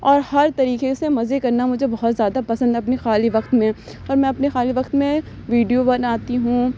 اور ہر طریقے سے مزے کرنا مجھے بہت زیادہ پسند ہے اپنے خالی وقت میں اور میں اپنے خالی وقت میں ویڈیو بناتی ہوں